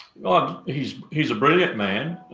he's he's a brilliant man.